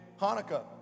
Hanukkah